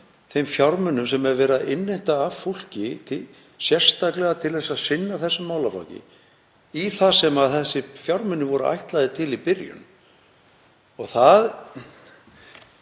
þeim fjármunum sem verið er að innheimta af fólki sérstaklega til að sinna þessum málaflokki í það sem þeir fjármunir voru ætlaðir til í byrjun. Það